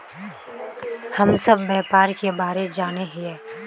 हम सब व्यापार के बारे जाने हिये?